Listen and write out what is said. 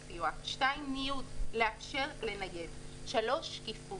שנית, לאפשר ניוד; שלישית, שקיפות.